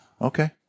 Okay